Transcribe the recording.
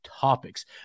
topics